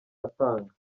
atanga